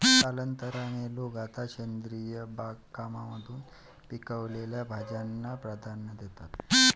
कालांतराने, लोक आता सेंद्रिय बागकामातून पिकवलेल्या भाज्यांना प्राधान्य देतात